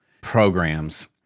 programs